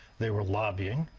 they were lobbying.